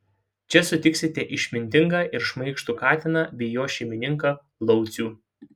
čia sutiksite išmintingą ir šmaikštų katiną bei jo šeimininką laucių